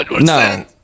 No